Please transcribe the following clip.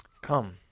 Come